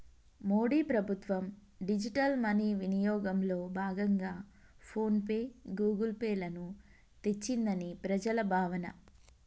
మోడీ ప్రభుత్వం digital money వినియోగంలో భాగంగా ఫోన్ పే, గూగుల్ పే లను తెచ్చిందని ప్రజల భావన